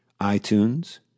iTunes